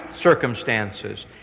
circumstances